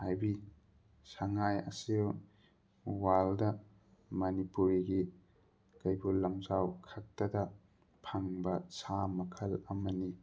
ꯍꯥꯏꯕꯤ ꯁꯉꯥꯏ ꯑꯁꯤ ꯋꯥꯔꯜꯗ ꯃꯅꯤꯄꯨꯔꯒꯤ ꯀꯩꯕꯨꯜ ꯂꯝꯖꯥꯎ ꯈꯛꯇꯗ ꯐꯪꯕ ꯁꯥ ꯃꯈꯜ ꯑꯃꯅꯤ